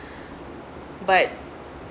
but